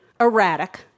erratic